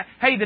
Hey